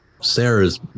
Sarah's